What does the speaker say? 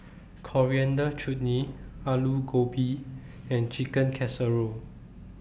Coriander Chutney Alu Gobi and Chicken Casserole